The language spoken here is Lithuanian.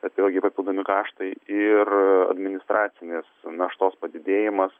bet vėlgi papildomi kaštai ir administracinės naštos padidėjimas